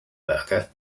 berger